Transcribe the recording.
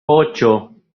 ocho